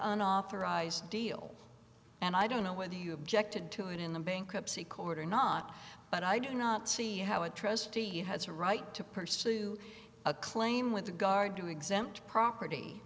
on authorized deal and i don't know whether you objected to it in the bankruptcy court or not but i do not see how a trustee has a right to pursue a claim with regard to exempt property